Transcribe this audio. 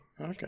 Okay